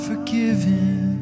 forgiven